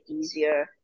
easier